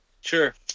Sure